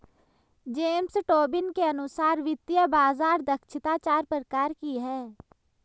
James Tobin के अनुसार वित्तीय बाज़ार दक्षता चार प्रकार की है